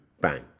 bang